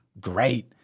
Great